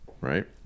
right